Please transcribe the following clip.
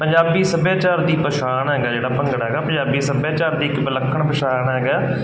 ਪੰਜਾਬੀ ਸੱਭਿਆਚਾਰ ਦੀ ਪਛਾਣ ਹੈਗਾ ਜਿਹੜਾ ਭੰਗੜਾ ਹੈਗਾ ਪੰਜਾਬੀ ਸੱਭਿਆਚਾਰ ਦੀ ਇੱਕ ਵਿਲੱਖਣ ਪਛਾਣ ਹੈਗਾ